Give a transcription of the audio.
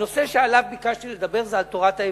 הנושא שעליו ביקשתי לדבר הוא תורת האבולוציה.